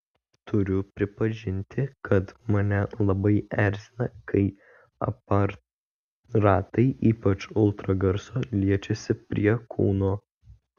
turiu pripažinti kad mane labai erzina kai aparatai ypač ultragarso liečiasi prie kūno